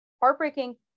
heartbreaking